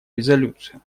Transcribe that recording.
резолюцию